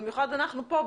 במיוחד אנחנו פה,